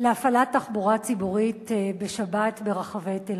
להפעלת תחבורה ציבורית בשבת ברחבי תל-אביב.